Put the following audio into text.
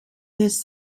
his